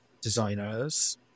designers